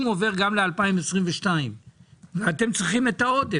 עובר גם ל-2022 ואתם צריכים את העודף,